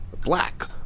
Black